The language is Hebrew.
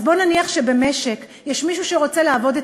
אז בואו נניח שבמשק יש מישהו שרוצה לעבוד את